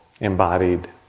embodied